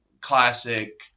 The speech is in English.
classic